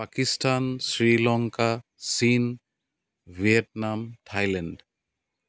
পাকিস্তান শ্ৰীলংকা চীন Vietnam Thailand